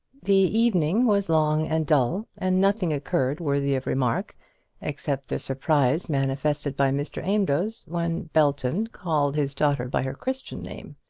the evening was long and dull, and nothing occurred worthy of remark except the surprise manifested by mr. amedroz when belton called his daughter by her christian name.